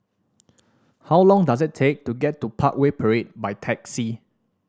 how long does it take to get to Parkway Parade by taxi